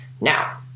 Now